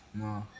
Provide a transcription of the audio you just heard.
मग